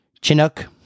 Chinook